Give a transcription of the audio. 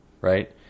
right